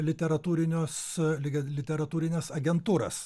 literatūrinius lig literatūrines agentūras